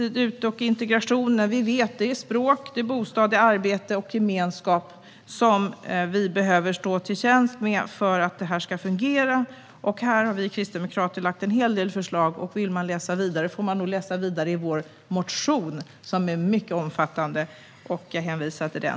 Vi vet att för att integrationen ska fungera är det språk, bostad, arbete och gemenskap som vi behöver stå till tjänst med. Här har vi kristdemokrater lagt en hel del förslag, och vill man läsa vidare om dem får man göra det i vår motion, som är mycket omfattande. Jag hänvisar till den.